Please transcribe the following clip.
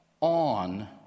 on